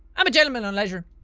i'm a gentleman on leisure.